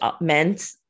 meant